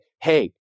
hey